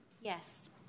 Yes